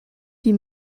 die